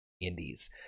indies